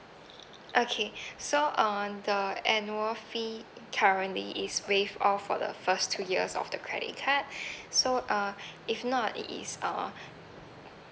okay so on the annual fee currently is waive off for the first two years of the credit card so uh if not it is uh